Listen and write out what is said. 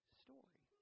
story